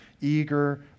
eager